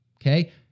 okay